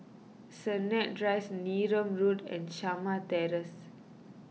Sennett Drive Neram Road and Shamah Terrace